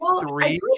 three